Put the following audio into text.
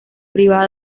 privada